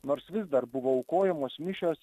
nors vis dar buvo aukojamos mišios